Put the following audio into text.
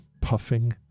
puffing